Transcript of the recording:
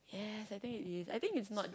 yes I think it is I think it's not